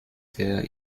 der